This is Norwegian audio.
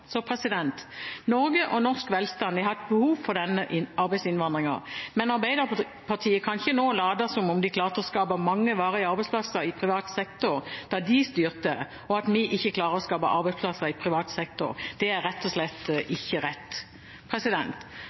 Så Norge og norsk velstand har hatt behov for denne arbeidsinnvandringen, men Arbeiderpartiet kan ikke nå late som om de klarte å skape mange varige arbeidsplasser i privat sektor da de styrte, og at vi ikke klarer å skape arbeidsplasser i privat sektor. Det er rett og slett ikke rett.